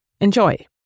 Enjoy